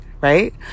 right